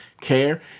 care